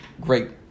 great